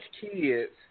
kids